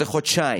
זה חודשיים,